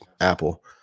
Apple